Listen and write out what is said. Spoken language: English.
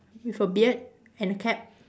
with a beard and a cap